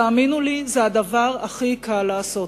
תאמינו לי, זה הדבר שהכי קל לעשות,